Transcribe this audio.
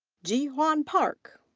jee hwan park.